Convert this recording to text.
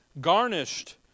Garnished